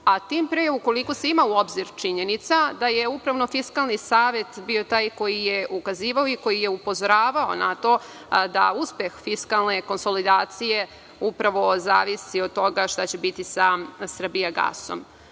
a tim pre ukoliko se ima u obzir činjenica da je upravno-fiskalni savet bio taj koji je ukazivao i koji je upozoravao na to da uspeh fiskalne konsolidacije upravo zavisi od toga šta će biti sa „Srbijagasom“.Rusija